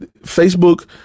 Facebook